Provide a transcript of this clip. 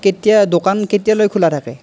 কেতিয়া দোকান কেতিয়ালৈ খোলা থাকে